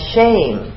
shame